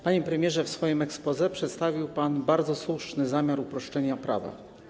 Panie premierze, w swoim exposé przedstawił pan bardzo słuszny zamiar uproszczenia prawa.